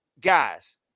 guys